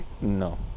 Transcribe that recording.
No